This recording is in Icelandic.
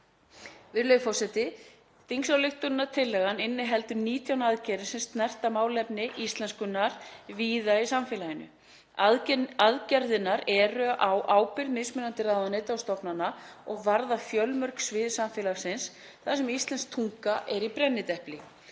Virðulegi forseti. Þingsályktunartillagan inniheldur 19 aðgerðir sem snerta málefni íslenskunnar víða í samfélaginu. Aðgerðirnar eru á ábyrgð mismunandi ráðuneyta og stofnana og varða fjölmörg svið samfélagsins þar sem íslensk tunga er í brennidepli.